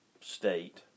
state